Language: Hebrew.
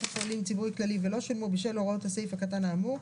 חולים ציבורי כללי ולא שולמו בשל הוראות הסעיף הקטן האמור,